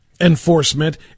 enforcement